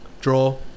draw